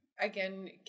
again